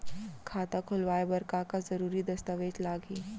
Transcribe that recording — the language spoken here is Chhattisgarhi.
खाता खोलवाय बर का का जरूरी दस्तावेज लागही?